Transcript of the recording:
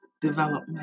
development